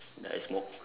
that I smoke